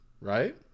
right